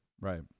right